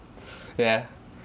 yeah